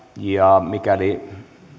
ja mikäli